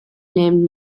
name